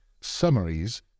summaries